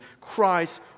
Christ